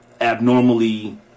abnormally